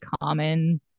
common